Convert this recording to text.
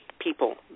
people